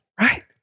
Right